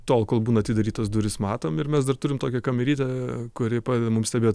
tol kol būna atidarytos durys matom ir mes dar turim tokią kamerytę kuri padeda mum stebėt